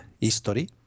history